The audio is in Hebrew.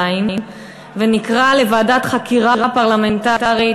שנתיים ונקרא לוועדת חקירה פרלמנטרית,